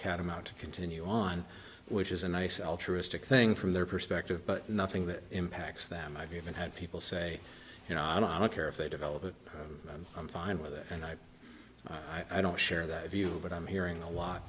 catamount to continue on which is a nice altruistic thing from their perspective but nothing that impacts them i've even had people say you know i don't care if they develop it i'm fine with it and i i don't share that view but i'm hearing a lot